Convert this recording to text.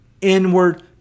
inward